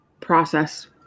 process